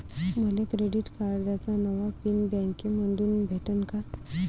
मले क्रेडिट कार्डाचा नवा पिन बँकेमंधून भेटन का?